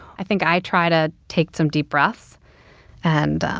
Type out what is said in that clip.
i think i try to take some deep breaths and